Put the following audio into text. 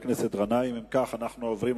אם כך אנו עוברים